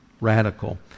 Radical